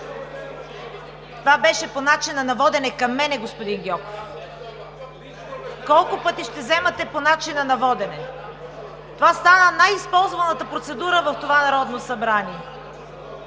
Това беше по начина на водене – към мен, господин Гьоков. Колко пъти ще вземате думата по начина на водене? Това стана най-използваната процедура в този парламент!